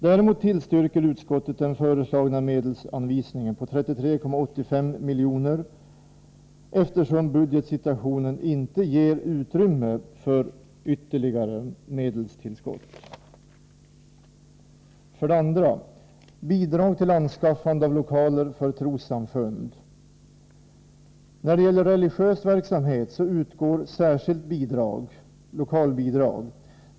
Utskottet tillstyrker emellertid den föreslagna medelsanvisningen på 33,85 milj.kr., eftersom budgetsituationen inte ger utrymme för ytterligare medelstillskott. 2. Bidrag till anskaffande av lokaler för trossamfund. Till religiös verksamhet utgår särskilt lokalbidrag.